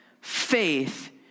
faith